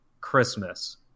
Christmas